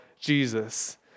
Jesus